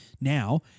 now